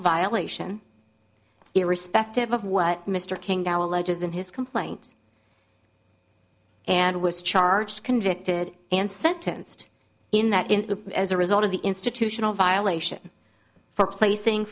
violation irrespective of what mr king dao alleges in his complaint and was charged convicted and sentenced in that in as a result of the institutional violation for placing